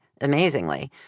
amazingly